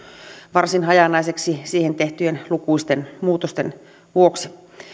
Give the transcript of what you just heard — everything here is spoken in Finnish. varsin hajanaiseksi siihen tehtyjen lukuisten muutosten vuoksi